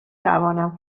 توانم